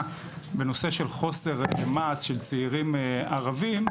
בנושא של חוסר מעש של צעירים ערבים,